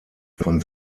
von